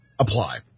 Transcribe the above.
apply